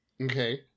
Okay